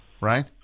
Right